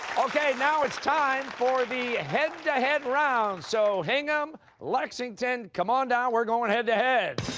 okay, now it's time for the head-to-head round. so hingham, lexington, come on down, we're going head-to-head.